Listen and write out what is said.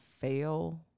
fail